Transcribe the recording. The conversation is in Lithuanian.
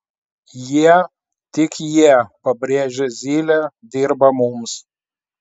jie tik jie pabrėžė zylė dirba mums